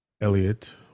Elliot